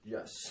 Yes